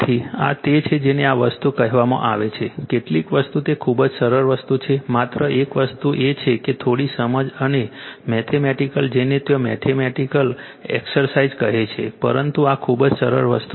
તેથી આ તે છે જેને આ વસ્તુઓ કહેવામાં આવે છે કેટલીક વસ્તુઓ તે ખૂબ જ સરળ વસ્તુ છે માત્ર એક વસ્તુ એ છે કે થોડી સમજ અને મેથેમેટિકલ જેને ત્યાં મેથેમેટિકલ એક્સરસાઇઝ કહે છે પરંતુ આ ખૂબ જ સરળ વસ્તુ છે